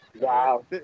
Wow